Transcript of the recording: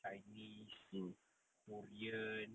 mm